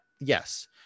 yes